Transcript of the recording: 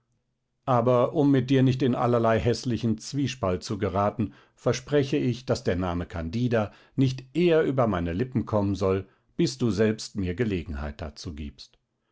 aber um mit dir nicht in allerlei häßlichen zwiespalt zu geraten verspreche ich daß der name candida nicht eher über meine lippen kommen soll bis du selbst mir gelegenheit dazu gibst